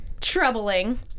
troubling